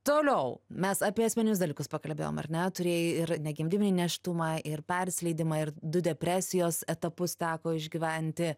toliau mes apie esminius dalykus pakalbėjom ar ne turėjai ir negimdinį nėštumą ir persileidimą ir du depresijos etapus teko išgyventi